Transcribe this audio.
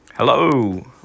Hello